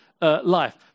life